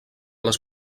les